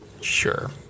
Sure